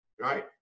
right